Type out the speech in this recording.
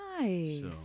nice